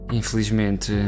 infelizmente